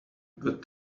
got